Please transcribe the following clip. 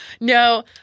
No